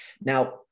Now